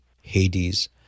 Hades